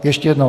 Ještě jednou.